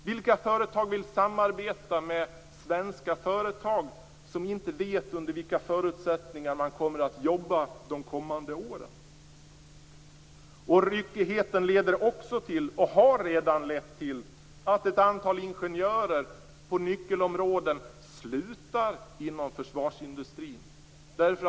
Vilka företag vill samarbeta med svenska företag som inte vet under vilka förutsättningar de kommer att jobba de kommande åren? Ryckigheten leder också till, och har redan lett till, att ett antal ingenjörer på nyckelområden inom försvarsindustrin slutar.